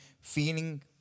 feeling